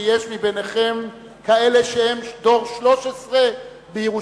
שיש מביניכם כאלה שהם דור 13 בירושלים,